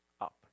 up